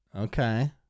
Okay